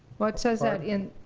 well it says that in.